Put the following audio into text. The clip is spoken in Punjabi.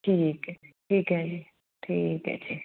ਠੀਕ ਹੈ ਠੀਕ ਹੈ ਜੀ ਠੀਕ ਹੈ ਜੀ